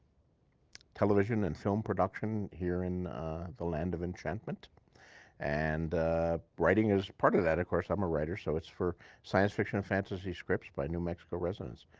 television and film production here in the land of enchantment and writing is part of that. of course i am a writer so it is for science fiction and fantasy scripts by new mexico residents.